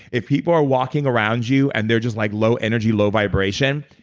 if people are walking around you and they're just like low energy, low vibration,